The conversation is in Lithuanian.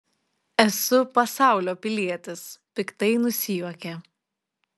esu pasaulio pilietis piktai nusijuokė